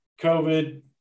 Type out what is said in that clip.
covid